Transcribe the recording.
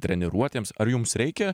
treniruotėms ar jums reikia